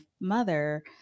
mother